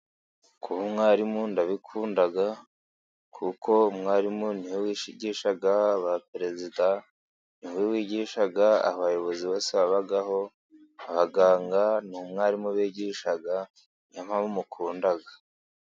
Kuba umwarimu ndabikunda kuko umwarimu ni we wigisha ba perezida, ni we wigisha abayobozi bose baho abaganga, ni umwarimu ubigisha niyo mpamvu mukunda.